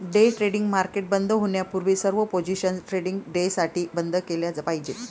day trading market बंद होण्यापूर्वी सर्व पोझिशन्स ट्रेडिंग डेसाठी बंद केल्या पाहिजेत